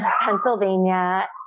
Pennsylvania